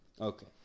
Okay